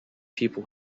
people